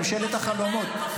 ממשלת החלומות,